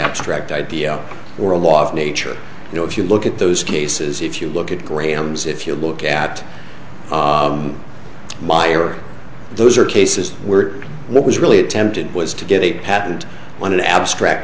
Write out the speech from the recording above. abstract idea or a law of nature you know if you look at those cases if you look at graham's if you look at meyer those are cases were what was really attempted was to get a patent on an abstract